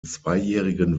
zweijährigen